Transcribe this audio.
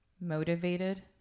motivated